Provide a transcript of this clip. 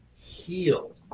heal